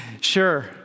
sure